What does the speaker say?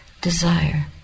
desire